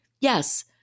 Yes